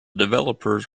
developers